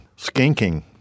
Skinking